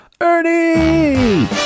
Ernie